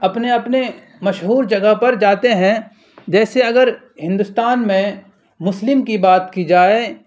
اپنے اپنے مشہور جگہ پر جاتے ہیں جیسے اگر ہندوستان میں مسلم کی بات کی جائے